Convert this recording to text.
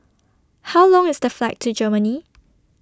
How Long IS The Flight to Germany